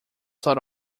sort